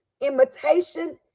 Imitation